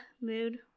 mood